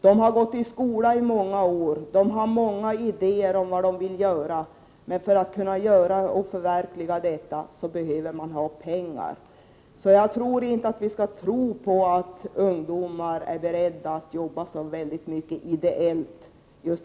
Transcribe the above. De har gått i skolan i många år, och de har många idéer om vad de vill göra, men för att kunna förverkliga dessa behöver de ha pengar. Så jag tycker inte att vi skall tro på att ungdomarna är beredda att jobba så väldigt mycket ideellt.